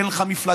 אין לך מפלגה.